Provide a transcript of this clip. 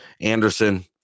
Anderson